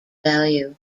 value